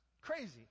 crazy